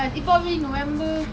then what else ah